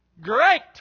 Great